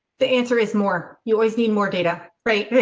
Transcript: the answer is more, you always need more data, right?